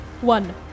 One